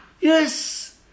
Yes